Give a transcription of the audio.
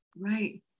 Right